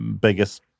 biggest